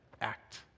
act